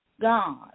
God